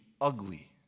ugly